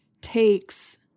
takes